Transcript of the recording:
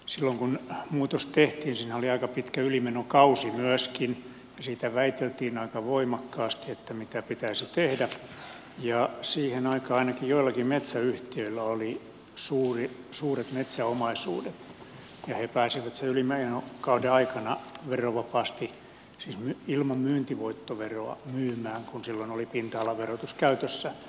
silloin kun muutos tehtiin siinähän oli aika pitkä ylimenokausi myöskin ja siitä väiteltiin aika voimakkaasti että mitä pitäisi tehdä siihen aikaan ainakin joillakin metsäyhtiöillä oli suuret metsäomaisuudet ja he pääsivät sen ylimenokauden aikana verovapaasti siis ilman myyntivoittoveroa myymään kun silloin oli pinta alaverotus käytössä